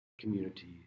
community